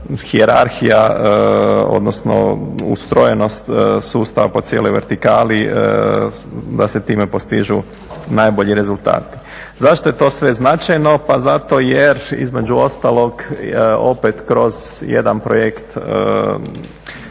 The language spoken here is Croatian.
hijerarhija, odnosno ustrojenost sustava po cijeloj vertikali da se time postižu najbolji rezultati. Zašto je to sve značajno, pa zato jer između ostalog opet kroz jedan projekt